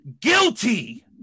guilty